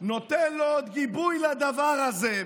עוד נותן לו גיבוי לדבר הזה.